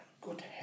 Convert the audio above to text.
good